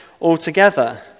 altogether